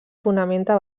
fonamenta